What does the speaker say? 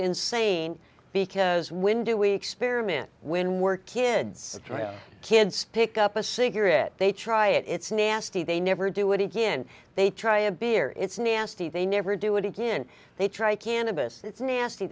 insane because when do we experiment when we're kids kids pick up a cigarette they try it it's nasty they never do it again they try a beer it's nasty they never do it again they try cannabis it's nasty